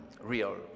real